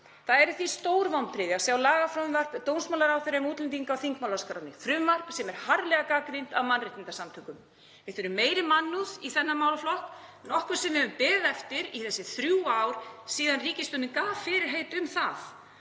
Það eru því stór vonbrigði að sjá lagafrumvörp dómsmálaráðherra um útlendinga á þingmálaskránni, frumvarp sem er harðlega gagnrýnt af mannréttindasamtökum. Við þurfum meiri mannúð í þennan málaflokk, nokkuð sem við höfum beðið eftir í þessi þrjú ár síðan ríkisstjórnin gaf fyrirheit um það.